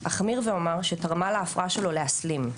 אחמיר ואומר שתרמה להפרעה שלו להסלים,